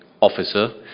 officer